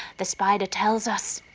the spider tells us,